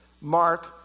Mark